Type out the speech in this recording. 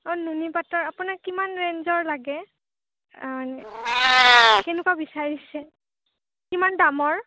অঁ নুনি পাটৰ আপোনাক কিমান ৰেঞ্জৰ লাগে মানে কেনেকুৱা বিচাৰিছে কিমান দামৰ